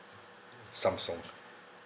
samsung